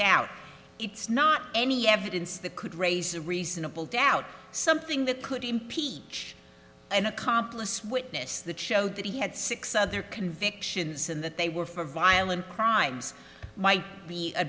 doubt it's not any evidence that could raise a reasonable doubt something that could impeach an accomplice witness that showed that he had six other convictions and that they were for violent crimes might be a